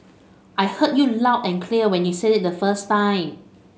I heard you loud and clear when you say it the first time